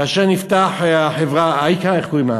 כאשר נפתחה חברת "אאיקה", איך אומרים?